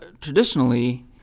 traditionally